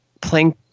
playing